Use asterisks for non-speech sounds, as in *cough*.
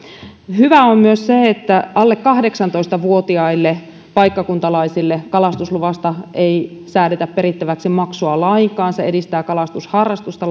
hyvää on myös se että alle kahdeksantoista vuotiaille paikkakuntalaisille kalastusluvasta ei säädetä perittäväksi maksua lainkaan se edistää kalastusharrastusta *unintelligible*